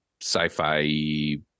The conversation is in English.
sci-fi